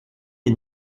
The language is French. des